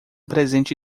presente